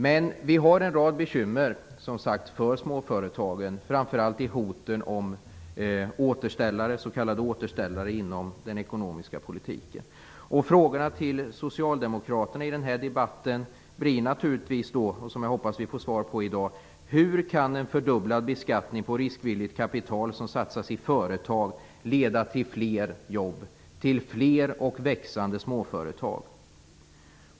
Det finns som sagt en rad bekymmer för småföretagen - framför allt i hoten om s.k. återställare inom den ekonomska politiken. Frågorna till Socialdemokraterna i denna debatt, som jag hoppas vi får svar på i dag, blir naturligvtis följande: Hur kan en fördubblad beskattning på riskvilligt kapital som satsas i företag leda till fler jobb och till fler och växande småföretag?